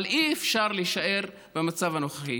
אבל אי-אפשר להישאר במצב הנוכחי.